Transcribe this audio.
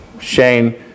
Shane